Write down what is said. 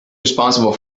responsible